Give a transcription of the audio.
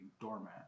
doormat